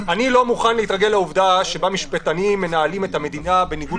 אני לא מוכן להתרגל לעובדה בה משפטנים מנהלים את המדינה בניגוד